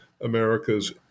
America's